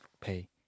pay